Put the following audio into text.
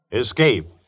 Escape